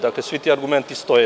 Dakle, svi ti argumenti stoje.